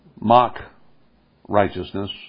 mock-righteousness